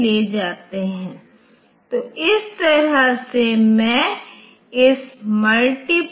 उन्होंने ऐसा किया है कि वे अलग अलग एड्रेस पर नहीं जाएंगे चाहे n का कोई भी मूल्य हो